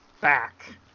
back